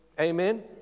Amen